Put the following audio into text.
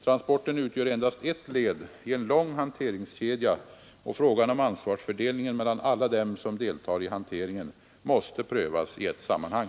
Transporten utgör endast ett led i en lång hanteringskedja och frågan om ansvarsfördelningen mellan alla dem som deltar i hanteringen måste prövas i ett sammanhang.